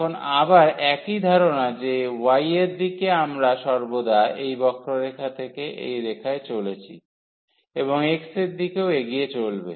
এখন আবার একই ধারণা যে y এর দিকে আমরা সর্বদা এই বক্ররেখা থেকে এই রেখায় চলেছি এবং x এর দিকেও এগিয়ে চলবে